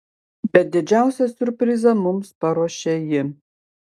bet didžiausią siurprizą mums paruošė ji